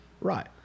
Right